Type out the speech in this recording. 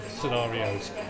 scenarios